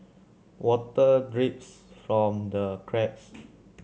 water drips from the cracks